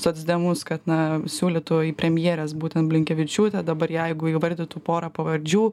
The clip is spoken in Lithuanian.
socdemus kad na siūlytų į premjeres būtent blinkevičiūtę dabar jeigu įvardytų porą pavardžių